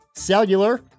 cellular